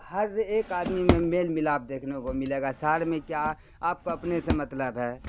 ہر ایک آدمی میں میل ملاپ دیکھنے کو ملے گا شہر میں کیا آپ کو اپنے سے مطلب ہے